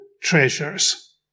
treasures